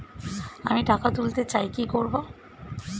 আমি টাকা তুলতে চাই কি করব?